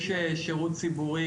יש שירות ציבורי,